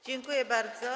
Dziękuję bardzo.